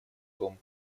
том